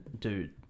dude